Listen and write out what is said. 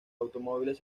automóviles